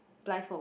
blindfold